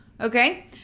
Okay